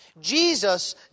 Jesus